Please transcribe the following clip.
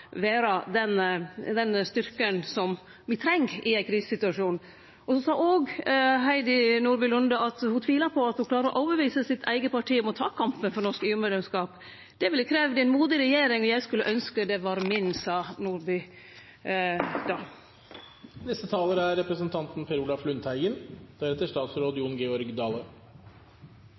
den styrken me treng i ein krisesituasjon. Så sa også Heidi Nordby Lunde at ho tvilar på at ho klarer å overtale sitt eige parti til å ta opp kampen for norsk EU-medlemskap. «Det ville krevd en modig regjering, og jeg skulle ønske den var min», sa